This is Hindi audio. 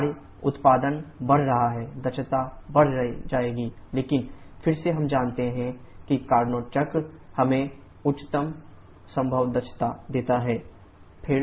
कार्य उत्पादन बढ़ रहा है दक्षता बढ़ जाएगी लेकिन फिर से हम जानते हैं कि कार्नोट चक्र हमें उच्चतम संभव दक्षता देता है